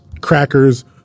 crackers